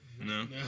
No